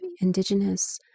indigenous